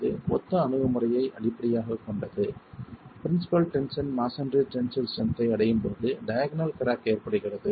இது ஒத்த அணுகுமுறையை அடிப்படையாகக் கொண்டது principal tension masonry tensile strength ஐ அடையும் போது டயாக்னல் கிராக் ஏற்படுகிறது